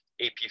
AP